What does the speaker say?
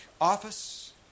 office